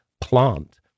plant